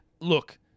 Look